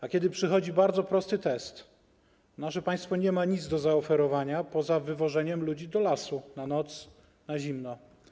A kiedy przychodzi bardzo prosty test, nasze państwo nie ma do zaoferowania nic poza wywożeniem ludzi do lasu na noc, na zimno.